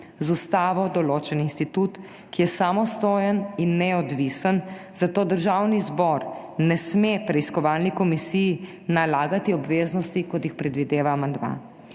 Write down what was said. ustavo določen institut, ki je samostojen in neodvisen, zato Državni zbor ne sme preiskovalni komisiji nalagati obveznosti, kot jih predvideva amandma.